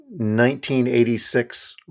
1986